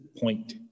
point